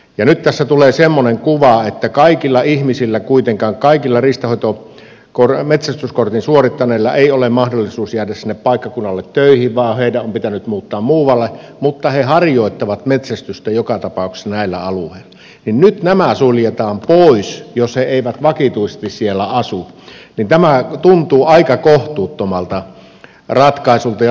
ja nyt tässä tulee semmoinen kuva että kaikilla ihmisillä kaikilla metsästyskortin suorittaneilla ei kuitenkaan ole mahdollisuutta jäädä sinne paikkakunnalle töihin vaan heidän on pitänyt muuttaa muualle mutta he harjoittavat metsästystä joka tapauksessa näillä alueilla nyt nämä suljetaan pois jos he eivät vakituisesti siellä asu ja tämä tuntuu aika kohtuuttomalta ratkaisulta ja linjaukselta